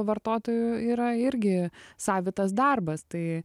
vartotoju yra irgi savitas darbas tai